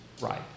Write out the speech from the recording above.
right